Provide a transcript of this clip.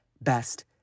best